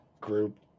group